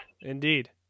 Indeed